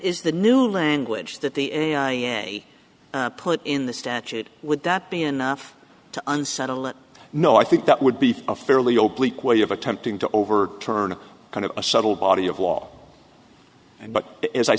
is the new language that the a i a put in the statute would that be enough to unsettle it no i think that would be a fairly old bleak way of attempting to overturn kind of a subtle body of law and but as i